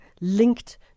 linked